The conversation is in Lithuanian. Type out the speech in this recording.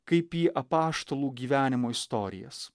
kaip į apaštalų gyvenimo istorijas